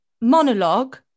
Monologue